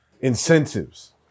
incentives